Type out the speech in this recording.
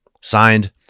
Signed